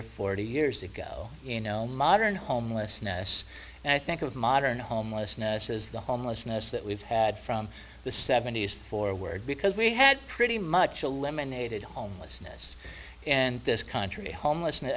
or forty years ago in modern homelessness and i think of modern homelessness as the homelessness that we've had from the seventy's forward because we had pretty much eliminated homelessness and this country homelessness